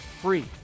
free